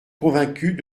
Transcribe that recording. convaincus